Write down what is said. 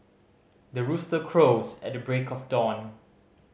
the rooster crows at the break of dawn